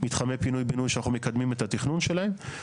מתחמי פינוי בינוי שאנחנו מקדמים את התכנון שלהם.